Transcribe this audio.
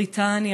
בריטניה,